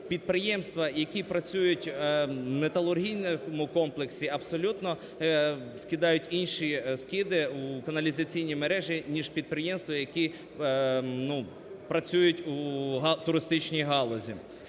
Підприємства, які працюють в металургійному комплексі, абсолютно скидають інші скиди у каналізаційні мережі, ніж підприємства, які, ну, працюють у туристичній галузі.